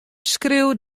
skriuw